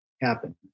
happen